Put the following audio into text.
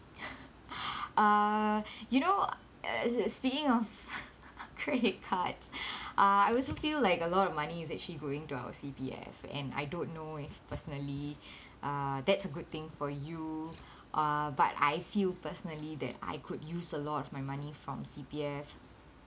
uh you know uh speaking of credit cards uh I wasn't feel like a lot of money is actually going to our C_P_F and I don't know if personally uh that's a good thing for you uh but I feel personally that I could use a lot of my money from C_P_F